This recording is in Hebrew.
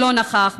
לא נכח,